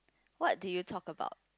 what do you talk about